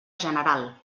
general